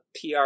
PR